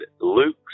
Luke